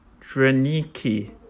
draniki